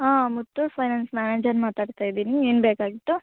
ಹಾಂ Muthoot finance manager ಮಾತಾಡ್ತಾ ಇದ್ದೀನಿ ಏನು ಬೇಕಾಗಿತ್ತು